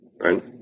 Right